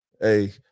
Hey